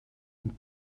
und